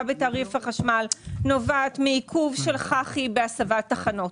בתעריף החשמל נובעת מעיכוב של חח"י בהסבת תחנות.